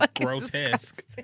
grotesque